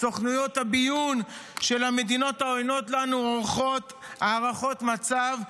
סוכנויות הביון של המדינות העוינות לנו עורכות הערכות מצב,